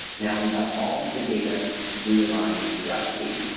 now we have all the data realigned correctly.